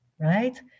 right